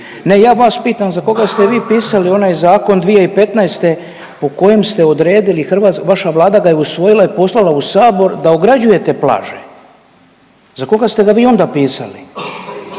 Ne ja vas pitam za koga ste vi pisali onaj zakon 2015. u kojem ste odredili, vaša vlada ga je usvojila i poslala u sabor da ograđujete plaže. Za koga ste ga vi onda pisali?